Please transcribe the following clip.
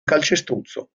calcestruzzo